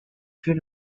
plus